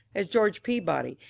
as greorge peabody,